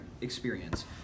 experience